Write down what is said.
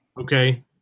okay